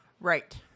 Right